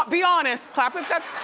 be honest, clap if that's.